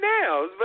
now